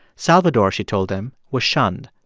salvador, she told them was shunned.